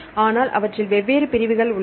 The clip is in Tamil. ஆனால் அவற்றில் வெவ்வேறு பிரிவுகள் உள்ளன